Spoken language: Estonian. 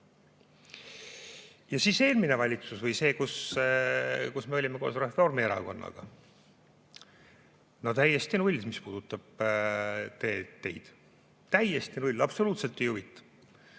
Ja eelmine valitsus või see, kus me olime koos Reformierakonnaga: no täiesti null, mis puudutab teid, täiesti null, absoluutselt ei huvita.